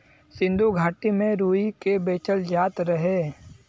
सिन्धु घाटी में रुई के बेचल जात रहे